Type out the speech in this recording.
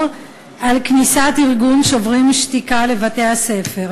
על כניסת ארגון "שוברים שתיקה" לבתי-הספר.